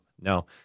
no